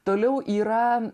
toliau yra